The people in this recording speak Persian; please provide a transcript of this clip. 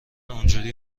اونحوری